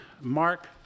Mark